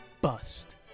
bust